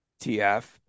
TF